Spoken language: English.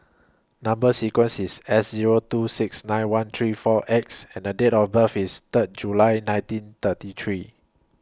Number sequence IS S Zero two six nine one three four X and Date of birth IS Third July nineteen thirty three